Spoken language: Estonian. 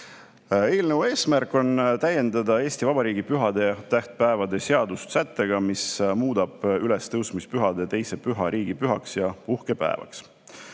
Eelnõu eesmärk on täiendada Eesti Vabariigi pühade ja tähtpäevade seadust sättega, mis muudab ülestõusmispühade teise püha riigipühaks ja puhkepäevaks.